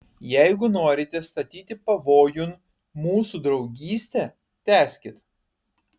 jeigu norite statyti pavojun mūsų draugystę tęskit